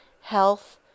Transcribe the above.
health